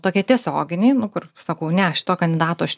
tokie tiesioginiai kur sakau ne šito kandidato aš